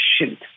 shoot